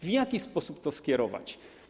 W jaki sposób to skierować?